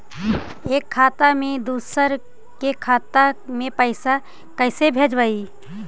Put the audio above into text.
एक खाता से दुसर के खाता में पैसा कैसे भेजबइ?